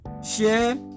share